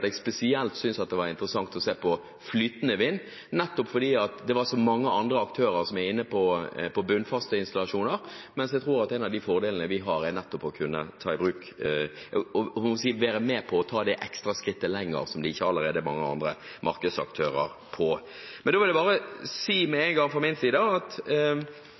se på flytende vind, nettopp fordi det var så mange andre aktører som var inne på det med bunnfaste installasjoner. Jeg tror at en av fordelene vi har, nettopp er å være med på å ta det ekstra skrittet dit hvor det ikke allerede er mange andre markedsaktører. Men jeg vil bare med en gang si at jeg tenker at når vi sier det vi nå sier fra et enstemmig storting, om at